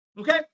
Okay